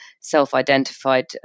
self-identified